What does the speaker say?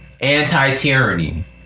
anti-tyranny